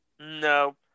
No